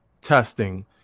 testing